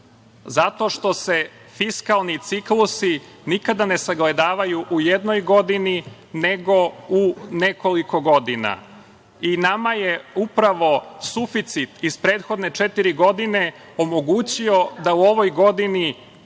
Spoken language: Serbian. zato što se fiskalni ciklusi nikada ne sagledavaju u jednoj godini, nego u nekoliko godina. Nama je upravo suficit iz prethodne četiri godine omogućio da u ovoj godini